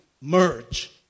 merge